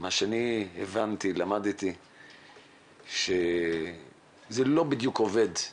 מה שהבנתי ולמדתי זה שלא בדיוק עובד.